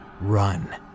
run